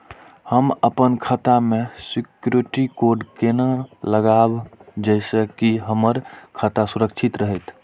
हम अपन खाता में सिक्युरिटी कोड केना लगाव जैसे के हमर खाता सुरक्षित रहैत?